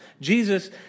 Jesus